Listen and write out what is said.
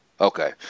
Okay